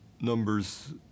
numbers